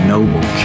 Noble